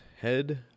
head